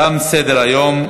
תם סדר-היום.